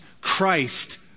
Christ